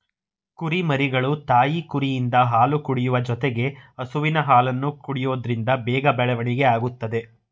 ಕುರಿಮರಿಗಳು ತಾಯಿ ಕುರಿಯಿಂದ ಹಾಲು ಕುಡಿಯುವ ಜೊತೆಗೆ ಹಸುವಿನ ಹಾಲನ್ನು ಕೊಡೋದ್ರಿಂದ ಬೇಗ ಬೆಳವಣಿಗೆ ಆಗುತ್ತದೆ